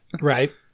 Right